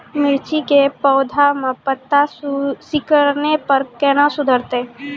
मिर्ची के पौघा मे पत्ता सिकुड़ने पर कैना सुधरतै?